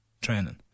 training